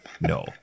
No